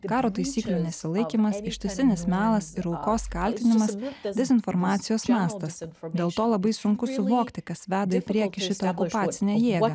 karo taisyklių nesilaikymas ištisinis melas ir aukos kaltinimas dezinformacijos mastas dėl to labai sunku suvokti kas veda į priekį šitą okupacinę jėgą